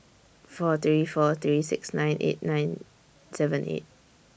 four three four three six nine eight nine seven eight